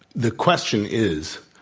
the question is,